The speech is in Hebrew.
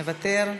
מוותר,